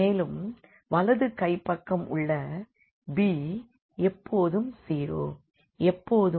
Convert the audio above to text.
மேலும் வலது கைப்பக்கம் உள்ள b எப்போதும் 0